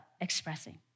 expressing